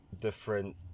different